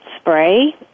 spray